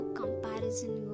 comparison